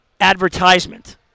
advertisement